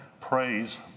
praise